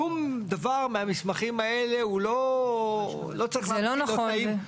שום דבר מהמסמכים האלה --- זה לא נכון.